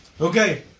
Okay